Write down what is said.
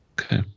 Okay